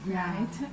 right